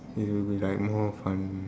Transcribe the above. it will be like more fun